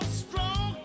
strong